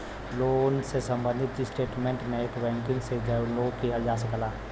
loan से सम्बंधित statement net banking से डाउनलोड किहल जा सकला